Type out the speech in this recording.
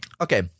okay